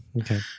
Okay